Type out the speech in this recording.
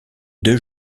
deux